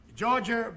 georgia